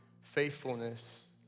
faithfulness